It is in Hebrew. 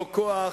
לא כוח,